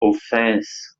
offence